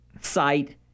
site